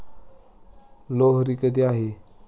लोहरी कधी आहे?